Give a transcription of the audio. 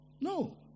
No